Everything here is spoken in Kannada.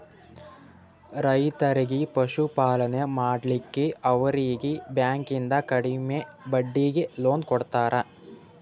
ರೈತರಿಗಿ ಪಶುಪಾಲನೆ ಮಾಡ್ಲಿಕ್ಕಿ ಅವರೀಗಿ ಬ್ಯಾಂಕಿಂದ ಕಡಿಮೆ ಬಡ್ಡೀಗಿ ಲೋನ್ ಕೊಡ್ತಾರ